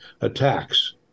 attacks